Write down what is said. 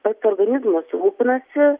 pats organizmas rūpinasi